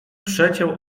przeciął